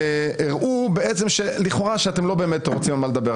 שהראו לכאורה שאתם לא באמת רוצים לדבר.